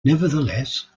nevertheless